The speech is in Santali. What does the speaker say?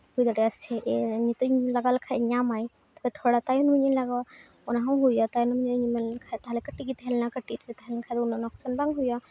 ᱦᱩᱭ ᱫᱟᱲᱮᱭᱟᱜᱼᱟ ᱥᱮᱜᱼᱮ ᱱᱤᱛᱚᱜ ᱤᱧ ᱞᱟᱜᱟᱣ ᱞᱮᱠᱷᱟᱡ ᱧᱟᱢ ᱟᱭ ᱛᱚᱵᱮ ᱛᱷᱚᱲᱟ ᱛᱟᱭᱚᱢ ᱧᱚᱜ ᱤᱧ ᱞᱟᱜᱟᱣᱟ ᱚᱱᱟ ᱦᱚᱸ ᱦᱩᱭᱩᱜᱼᱟ ᱛᱟᱭᱚᱢ ᱧᱚᱜ ᱤᱧ ᱢᱮᱱ ᱞᱮᱠᱷᱟᱡ ᱛᱟᱦᱚᱞᱮ ᱠᱟᱹᱴᱤᱡ ᱜᱮ ᱛᱟᱦᱮᱸ ᱞᱮᱱᱟ ᱠᱟᱹᱴᱤᱡ ᱜᱮ ᱛᱟᱦᱮᱸ ᱞᱮᱱᱟ ᱵᱟᱠᱷᱟᱡ ᱫᱚ ᱩᱱᱟᱹᱜ ᱞᱚᱥᱠᱟᱱ ᱵᱟᱝ ᱦᱩᱭᱩᱜᱼᱟ